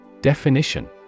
Definition